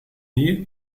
nie